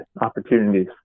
opportunities